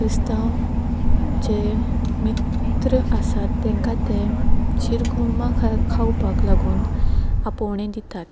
क्रिस्तांव जे मित्र आसा तांकां ते शीर कुर्मा खा खावपाक लागून आपोवणें दितात